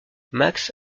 max